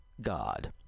God